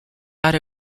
out